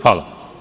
Hvala.